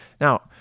Now